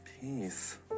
Peace